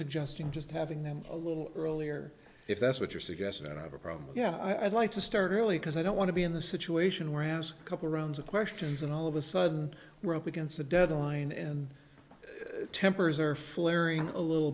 suggesting just having them a little earlier if that's what you're suggesting that i have a problem yeah i'd like to start early because i don't want to be in the situation whereas a couple rounds of questions and all of a sudden we're up against a deadline and tempers are flaring a little